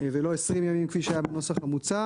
ולא 20 ימים כפי שהיה בנוסח המוצע.